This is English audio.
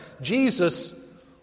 Jesus